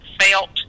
felt